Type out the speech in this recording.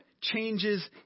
changes